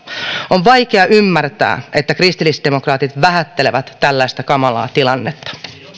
on vaikea ymmärtää että kristillisdemokraatit vähättelevät tällaista kamalaa tilannetta